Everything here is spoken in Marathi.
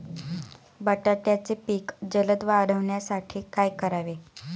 बटाट्याचे पीक जलद वाढवण्यासाठी काय करावे?